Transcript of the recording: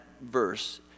verse